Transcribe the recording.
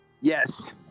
Yes